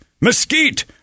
mesquite